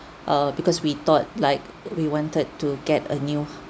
uh because we thought like we wanted to get a new